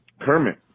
Kermit